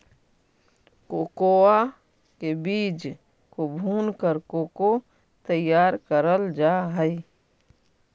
cocoa के बीज को भूनकर कोको तैयार करल जा हई